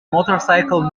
motorcycles